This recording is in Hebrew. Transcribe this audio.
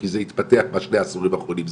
כי זה התפתח בשני העשורים האחרונים,